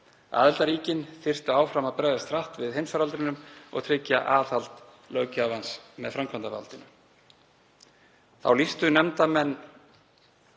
Aðildarríkin þyrftu áfram að bregðast hratt við heimsfaraldrinum og tryggja aðhald löggjafans með framkvæmdarvaldinu. Þá lýstu nefndarmenn